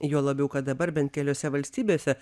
juo labiau kad dabar bent keliose valstybėse